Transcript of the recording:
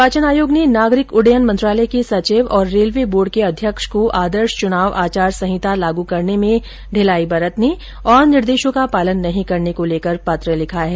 निर्वाचन आयोग ने नागरिक उड्डयन मंत्रालय के सचिव और रेलवे बोर्ड के अध्यक्ष को आदर्श चुनाव आचार संहिता लागू करने में ढिलाई बरतने और निर्देशों का पालन नहीं करने को लेकर पत्र लिंखा है